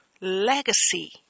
legacy